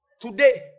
Today